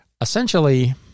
essentially